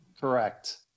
correct